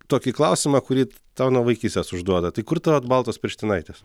tokį klausimą kurį tau nuo vaikystės užduoda tai kur tavo baltos pirštinaitės